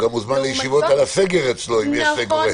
הוא גם מוזמן לישיבות על הסגר אצלו, אם יש סגר.